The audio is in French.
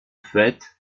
fait